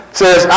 says